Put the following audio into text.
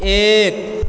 एक